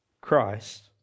christ